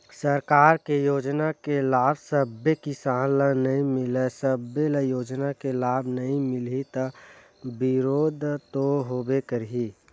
सरकार के योजना के लाभ सब्बे किसान ल नइ मिलय, सब्बो ल योजना के लाभ नइ मिलही त बिरोध तो होबे करही